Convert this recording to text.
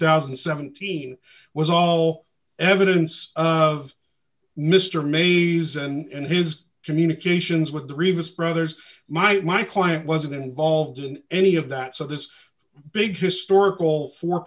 thousand and seventeen was all evidence of mr mays and his communications with three of us brothers might my client wasn't involved in any of that so this big historical four